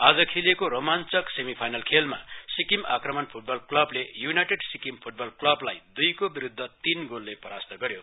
आज खेलिएको रोमान्चक सेमिफाइनल खेलमा सिक्किम आक्रामण फ्टबल कल्बले य्नाइटेड सिक्किम फ्टबल कल्बलाई द्इको विरूध्द तीन गोलले परास्त गर्यो